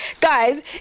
guys